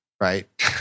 right